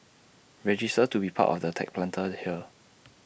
register to be part of the tech Planter here